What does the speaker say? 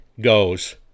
goes